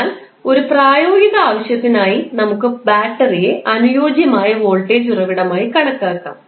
എന്നാൽ ഒരു പ്രായോഗിക ആവശ്യത്തിനായി നമുക്ക് ബാറ്ററിയെ അനുയോജ്യമായ വോൾട്ടേജ് ഉറവിടമായി കണക്കാക്കാം